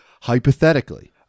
Hypothetically